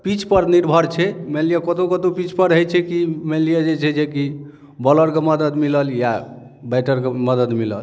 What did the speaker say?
pitch पर निर्भर छै मानि लिअ कतौ कतौ पीच पर रहै छै की मानि लिअ जे छै जेकि बॉलरके मदद मिलल या बैटरके मदद मिलल